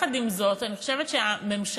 עם זאת, אני חושבת שהממשלה,